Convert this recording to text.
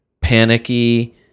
panicky